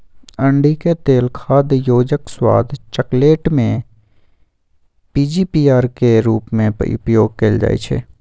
अंडिके तेल खाद्य योजक, स्वाद, चकलेट में पीजीपीआर के रूप में उपयोग कएल जाइछइ